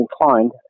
inclined